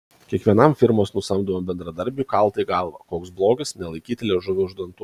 kiekvienam firmos nusamdomam bendradarbiui kalta į galvą koks blogis nelaikyti liežuvio už dantų